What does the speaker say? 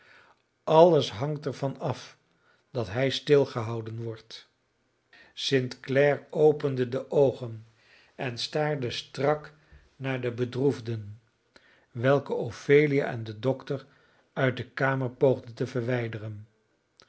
alles hangt er van af dat hij stilgehouden wordt st clare opende de oogen en staarde strak naar de bedroefden welke ophelia en de dokter uit de kamer poogden te verwijderen